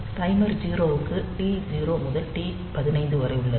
timer 0 க்கு டி0 முதல் டி15 வரை உள்ளது